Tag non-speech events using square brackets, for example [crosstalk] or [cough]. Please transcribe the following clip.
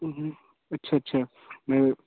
हम्म हम्म अच्छा अच्छा [unintelligible]